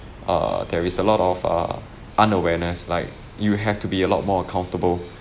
err there is a lot of uh unawareness like you have to be a lot more accountable